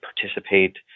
participate